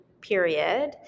period